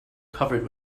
covered